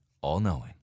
all-knowing